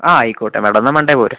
ആ ആയിക്കോട്ടെ മേഡം എന്നാൽ മൺഡേ പോര്